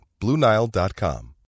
BlueNile.com